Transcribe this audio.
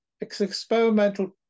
Experimental